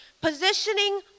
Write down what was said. positioning